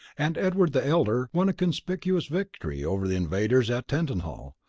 and edward the elder won a conspicuous victory over the invaders at tettenhall,